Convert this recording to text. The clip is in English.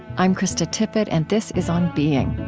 i'm krista tippett, and this is on being